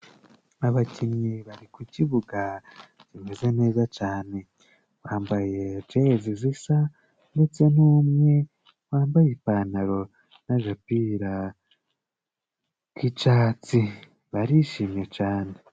Abakinnyi bari ku kibuga kimeze neza cane. Bambaye jezi zisa, ndetse n'umwe wambaye ipantaro n'agapira k'icatsi. Barishimye cane.